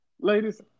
Ladies